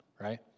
right